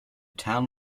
town